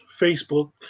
Facebook